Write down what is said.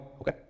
Okay